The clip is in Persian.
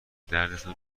دردتون